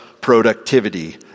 productivity